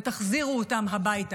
ותחזירו אותם הביתה,